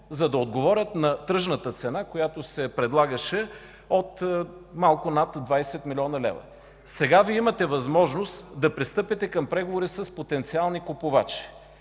за да отговорят на тръжната цена, която се предлагаше от малко над 20 млн. лв., сега Вие имате възможност да пристъпите към преговори с потенциални купувачи.